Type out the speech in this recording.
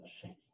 shaking